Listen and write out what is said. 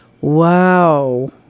wow